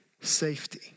safety